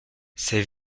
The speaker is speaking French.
ses